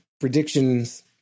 Predictions